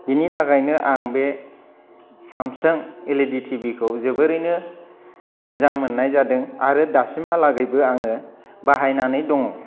बेनि थाखायनो आं बे सेमसां एल इ डि टिभिखौ जोबोरैनो मोजां मोननाय जादों आरो दासिमहालागैबो आङो बाहायनानै दङ